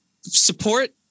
support